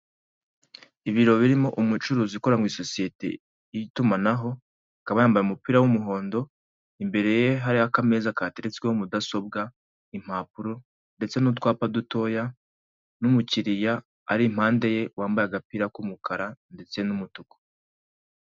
Ibiro birimo umucuruzi ukora muri sosiyete y'itumanaho, akaba yambaye umupira w'umuhondo imbere ye hari akameza gateretsweho mudasobwa, impapuro ndetse n'utwapa dutoya n'umukiriya ari impande ye, yambaye agapira k'umukara ndetse n'umutuku.